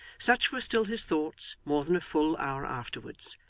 such were still his thoughts more than a full hour afterwards,